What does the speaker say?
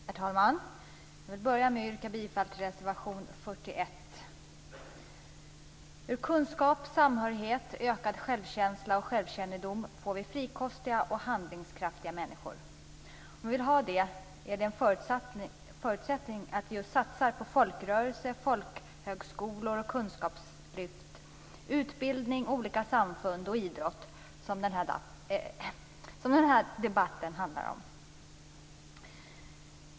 Herr talman! Jag vill börja med att yrka bifall till reservation 41. Ur kunskap, samhörighet, ökad självkänsla och självkännedom får vi frikostiga och handlingskraftiga människor. Om vi vill ha det är en förutsättning att vi satsar på folkrörelser, folkhögskolor, kunskapslyft, utbildning, olika samfund och idrott, vilket den här debatten handlar om.